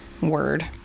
Word